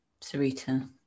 Sarita